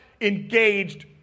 engaged